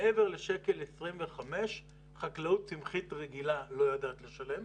מעבר ל-1.25 שקל חקלאות צמחית רגילה לא יודעת לשלם.